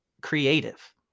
creative